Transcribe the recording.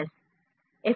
S F